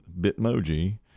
Bitmoji